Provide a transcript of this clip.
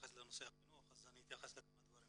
אתייחס לנושא החינוך ואתייחס לכמה דברים